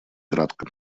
кратко